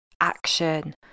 action